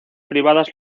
privadas